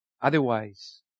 Otherwise